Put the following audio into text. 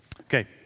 Okay